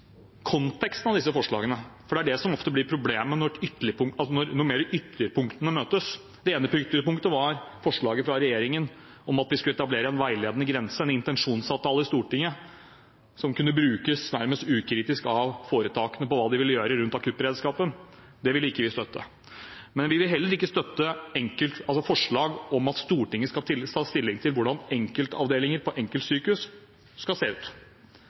konteksten i disse forslagene, for det er det som ofte blir problemet når ytterpunktene møtes. Det ene ytterpunktet var forslaget fra regjeringen om at vi skulle etablere en veiledende grense, en intensjonsavtale i Stortinget, som kunne brukes nærmest ukritisk av foretakene på hva de ville gjøre rundt akuttberedskapen. Det vil ikke vi støtte. Men vi vil heller ikke støtte forslag om at Stortinget skal ta stilling til hvordan enkeltavdelinger på enkeltsykehus skal se ut.